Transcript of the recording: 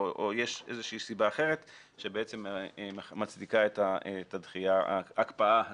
או יש איזושהי סיבה אחרת שמצדיקה את ההקפאה הזו.